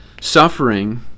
suffering